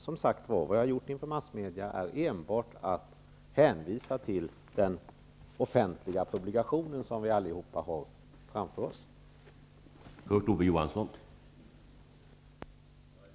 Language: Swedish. Som sagt, vad jag har gjort inför massmedia är enbart att hänvisa till den offentliga publikation som vi alla har framför oss.